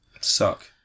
Suck